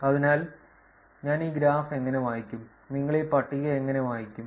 അതിനാൽ ഞാൻ ഈ ഗ്രാഫ് എങ്ങനെ വായിക്കും നിങ്ങൾ ഈ പട്ടിക എങ്ങനെ വായിക്കും